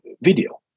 video